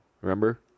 remember